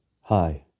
Hi